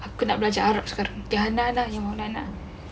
aku nak belajar arab sekarang